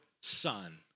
son